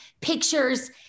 pictures